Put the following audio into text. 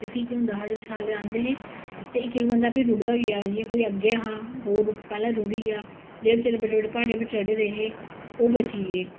ते फिह् केह् होंदा हा जिसले छल्ले आंदे हे ते इक इक बंदा फ्ही रुढ़दा गेआ फ्ही कोई अग्गे हा ओह् पहले रुढ़ी गेआ जेहड़ा बचारा बड्डे बड्डे पह्डा उप्पर चढ़े दे हे ओह् बच्ची गे